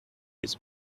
his